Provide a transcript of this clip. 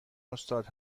استاد